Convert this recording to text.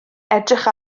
edrych